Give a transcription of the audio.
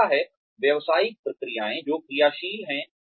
दूसरा है व्यावसायिक प्रक्रियाएँ जो क्रियाशील हैं